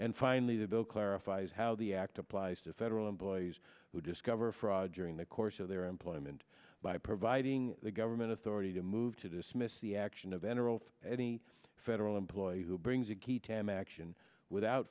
and finally the bill clarifies how the act applies to federal employees who discover fraud during the course of their employment by providing the government authority to move to dismiss the action of eneral of any federal employee who brings